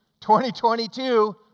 2022